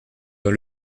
dans